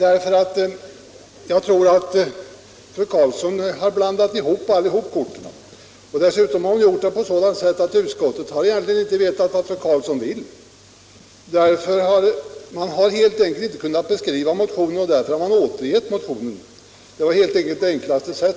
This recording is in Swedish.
Jag tror nämligen att fru Karlsson har blandat ihop korten. Dessutom har hon gjort det på ett sådant sätt att utskottet egentligen inte har vetat vad fru Karlsson vill. Man har helt enkelt inte kunnat beskriva motionen, och därför har man återgivit den — det var enklast så.